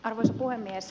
arvoisa puhemies